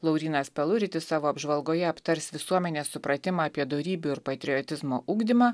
laurynas peluritis savo apžvalgoje aptars visuomenės supratimą apie dorybių ir patriotizmo ugdymą